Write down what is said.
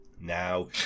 Now